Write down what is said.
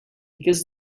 because